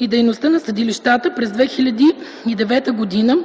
и за дейността на съдилищата през 2009 г.,